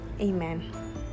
amen